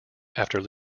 after